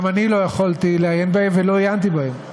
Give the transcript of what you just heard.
גם אני לא יכולתי לעיין בהם ולא עיינתי בהם.